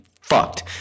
fucked